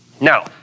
Now